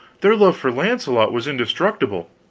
their love for launcelot was indestructible.